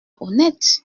honnête